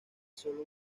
sólo